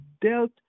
dealt